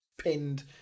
pinned